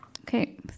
okay